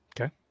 Okay